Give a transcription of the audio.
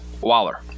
Waller